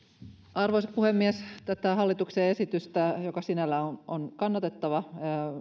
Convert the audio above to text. arvoisa puhemies tätä hallituksen esitystä joka sinällään on on kannatettava